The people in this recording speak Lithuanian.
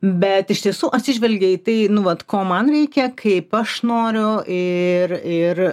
bet iš tiesų atsižvelgia į tai nu vat ko man reikia kaip aš noriu ir ir